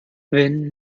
wenn